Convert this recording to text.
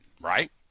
right